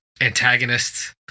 antagonists